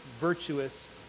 virtuous